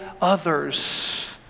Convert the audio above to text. others